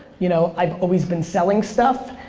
you know i've always been selling stuff,